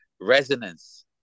resonance